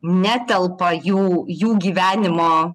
netelpa jų jų gyvenimo